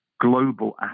global